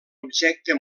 objecte